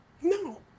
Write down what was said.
No